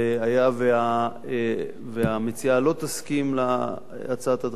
והיה והמציעה לא תסכים להצעת הדחייה,